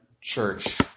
church